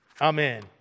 Amen